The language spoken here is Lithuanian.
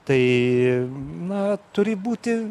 tai na turi būti